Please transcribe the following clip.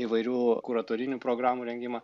įvairių kuratorinių programų rengimą